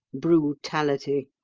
brutality.